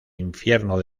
infierno